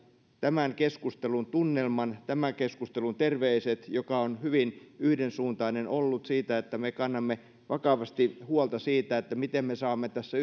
tämän keskustelun tunnelman tämän keskustelun terveiset jotka ovat hyvin yhdensuuntaiset olleet siitä että me kannamme vakavasti huolta siitä miten me saamme tässä